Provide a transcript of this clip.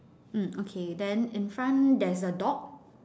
mm okay then in front there's a dog